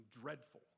dreadful